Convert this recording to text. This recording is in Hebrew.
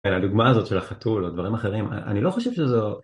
הדוגמא הזאת של החתול או דברים אחרים, אני לא חושב שזו...